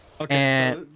Okay